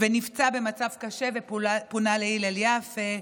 נפצע קשה ופונה להלל יפה.